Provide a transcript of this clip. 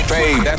Fade